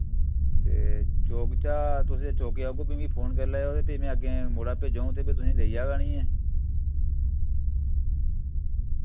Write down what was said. ते चौक चा तुस एह् चौके औगे फ्ही मि फोन करी लैयो ते फ्ही मैं अग्गे मुड़ा भेजूंग ते फ्ही तुसें लेई जाग आह्नियै